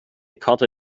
karte